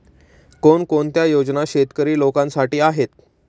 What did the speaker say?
कोणकोणत्या योजना शेतकरी लोकांसाठी आहेत?